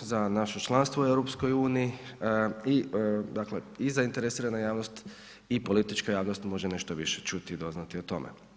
za naše članstvo u EU i, dakle i zainteresirana javnost i politička javnost može nešto više čuti i doznati o tome.